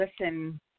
listen